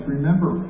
Remember